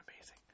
amazing